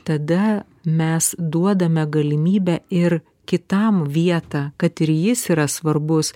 tada mes duodame galimybę ir kitam vietą kad ir jis yra svarbus